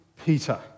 Peter